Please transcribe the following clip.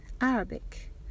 Arabic